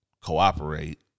cooperate